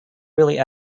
really